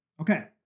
Okay